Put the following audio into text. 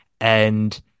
And-